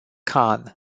khan